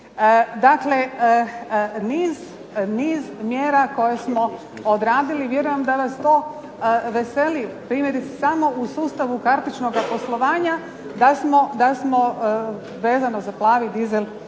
Dakle niz mjera koje smo odradili, vjerujem da vas to veseli, primjerice samo u sustavu kartičnoga poslovanja, da smo vezano za plavi dizel